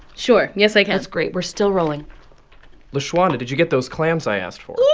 sure. yes, i can that's great. we're still rolling lashawana, did you get those clams i asked for?